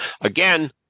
Again